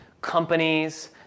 companies